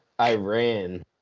Iran